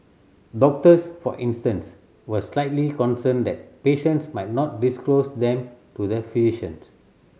doctors for instance were slightly concerned that patients might not disclose them to the physicians